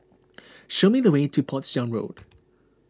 show me the way to Portsdown Road